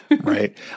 Right